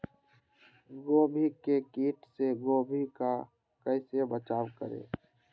गोभी के किट से गोभी का कैसे बचाव करें?